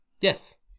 Yes